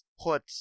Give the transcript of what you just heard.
put